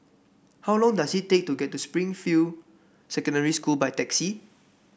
how long does it take to get to Springfield Secondary School by taxi